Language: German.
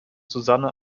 susanne